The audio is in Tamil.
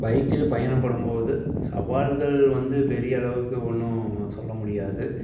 பைக்கில் பயணப்படும்போது சவால்கள் வந்து பெரிய அளவுக்கு ஒன்றும் சொல்ல முடியாது